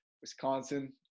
Wisconsin